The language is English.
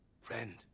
friend